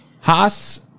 Haas